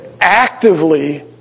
actively